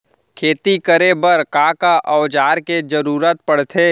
खेती करे बर का का औज़ार के जरूरत पढ़थे?